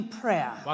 prayer